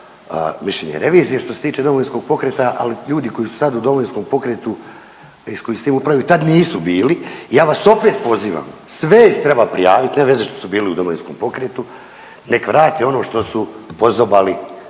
mišljenje revizije što se tiče Domovinskog pokreta, ali ljudi koji su sad u Domovinskom pokretu …/Govornik se ne razumije/… tad nisu bili i ja vas opet pozivam, sve ih treba prijavit, nema veze što su bili u Domovinskom pokretu, nek vrate ono što su pozobali